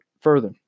further